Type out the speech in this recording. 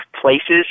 places